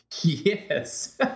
Yes